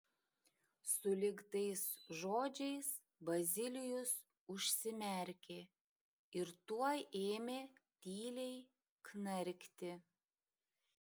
sulig tais žodžiais bazilijus užsimerkė ir tuoj ėmė tyliai knarkti